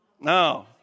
No